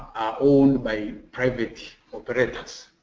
owned by private operators.